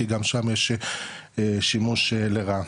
כי גם שם יש שימוש לרעה.